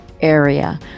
area